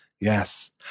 Yes